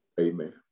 amen